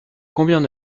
combien